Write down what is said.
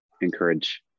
encourage